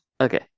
okay